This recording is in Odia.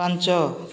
ପାଞ୍ଚ